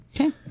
Okay